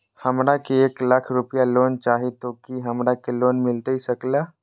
हमरा के एक लाख रुपए लोन चाही तो की हमरा के लोन मिलता सकेला?